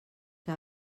que